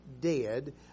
dead